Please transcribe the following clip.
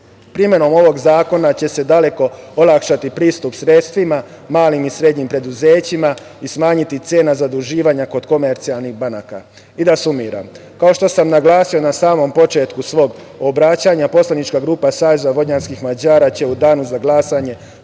voda. Primenom ovog zakona će se daleko olakšati pristup sredstvima, malim i srednjim preduzećima i smanjiti cena zaduživanja kod komercijalnih banaka. Da sumiram, kao što sam naglasio na samom početku svog obraćanja, poslanička grupa SVM će u danu za glasanje